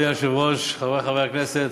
אדוני היושב-ראש, תודה, חברי חברי הכנסת,